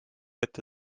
ette